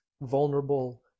vulnerable